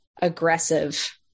aggressive